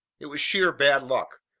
it was sheer bad luck.